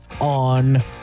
on